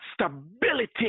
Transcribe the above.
stability